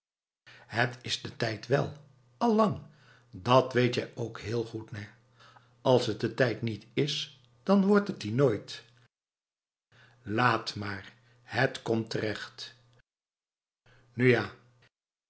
het is de tijd wél allang dat weet jij ook heel goed nèhals het de tijd niet is dan wordt het die nooif laat maar het komt terechf nu ja